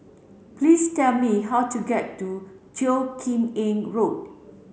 please tell me how to get to Teo Kim Eng Road